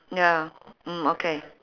ya mm okay